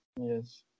yes